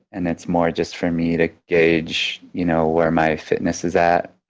and it's more just for me to gauge you know where my fitness is at.